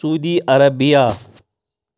Saudi Arabia